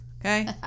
Okay